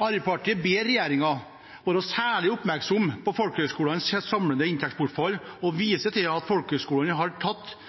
Arbeiderpartiet ber regjeringen være særlig oppmerksom på folkehøgskolenes samlede inntektsbortfall, og viser til at folkehøgskolene har